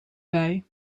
bij